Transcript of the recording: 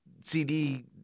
CD